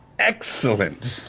excellent.